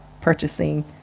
purchasing